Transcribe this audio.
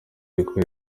y’uko